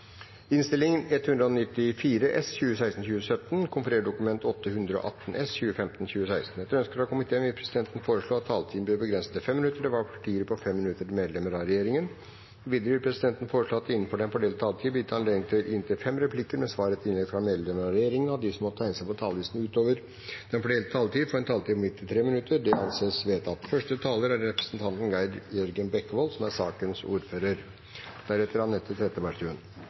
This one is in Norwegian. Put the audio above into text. minutter til medlemmer av regjeringen. Videre vil presidenten foreslå at det – innenfor den fordelte taletid – blir gitt anledning til replikkordskifte på inntil fem replikker med svar etter innlegg fra medlemmer av regjeringen, og at de som måtte tegne seg på talerlisten utover den fordelte taletid, får en taletid på inntil 3 minutter. – Det anses vedtatt. Takk til komiteen for en grei og enkel oppgave som saksordfører. Lovendringen dreier seg om å gi Statens helsetilsyn informasjonstilgang for å kunne gjøre en gjennomgang av et utvalg barnevernssaker når det gjelder akuttplasseringer og omsorgsovertakelser. Målet er